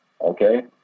okay